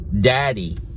daddy